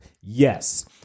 Yes